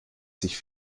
sich